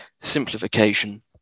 simplification